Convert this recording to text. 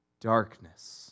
darkness